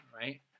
right